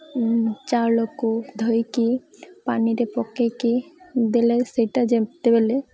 ଚାଉଳକୁ ଧୋଇକି ପାଣିରେ ପକାଇକି ଦେଲେ ସେଇଟା ଯେତେବେଳେ